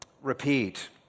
Repeat